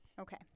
Okay